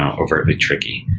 ah overly tricky.